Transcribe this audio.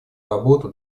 работу